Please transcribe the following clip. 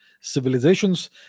civilizations